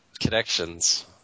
Connections